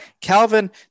Calvin